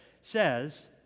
says